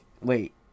wait